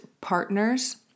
partners